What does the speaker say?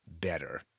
better